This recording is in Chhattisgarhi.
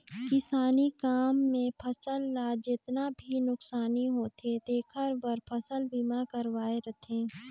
किसानी काम मे फसल ल जेतना भी नुकसानी होथे तेखर बर फसल बीमा करवाये रथें